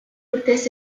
urtez